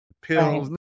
pills